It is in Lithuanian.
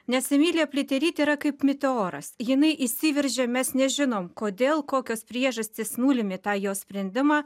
nes emilija pliaterytė yra kaip meteoras jinai įsiveržė mes nežinom kodėl kokios priežastys nulėmė tą jos sprendimą